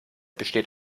besteht